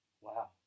Wow